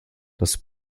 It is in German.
das